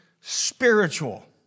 spiritual